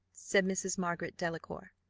said mrs. margaret delacour.